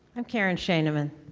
i'm karen schoeneman.